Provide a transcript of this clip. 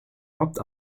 robbed